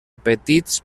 petits